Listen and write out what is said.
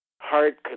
heart